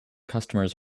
customers